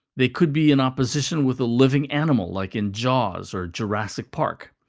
they could be in opposition with a living animal, like in jaws or jurassic park.